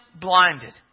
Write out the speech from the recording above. blinded